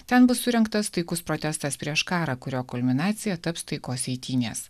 ten bus surengtas taikus protestas prieš karą kurio kulminacija taps taikos eitynės